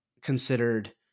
considered